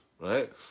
right